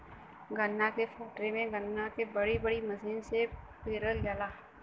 गन्ना क फैक्ट्री में गन्ना के बड़ी बड़ी मसीन से पेरल जाला